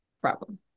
problem